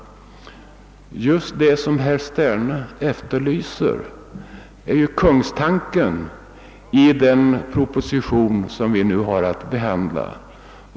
Just det som herr Sterne efterlyser är ju kungstanken i den proposition vi nu har att behandla.